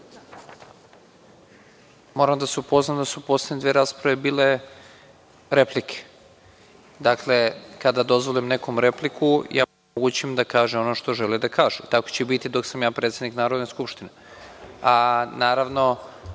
Moram da vas upoznam da su poslednje dve rasprave bile replike. Dakle, kada dozvolim nekome repliku omogućim mu da kaže ono što želi da kaže. Tako će i biti dok sam ja predsednik Narodne skupštine. Naravno,